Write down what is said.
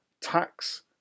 tax